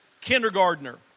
kindergartner